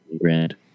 grand